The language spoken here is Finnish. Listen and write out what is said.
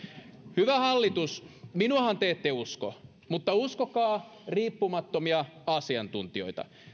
hyvä hallitus minuahan te ette usko mutta uskokaa riippumattomia asiantuntijoita